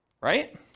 right